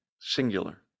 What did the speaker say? singular